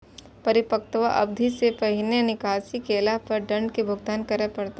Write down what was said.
परिपक्वता अवधि सं पहिने निकासी केला पर दंड के भुगतान करय पड़ै छै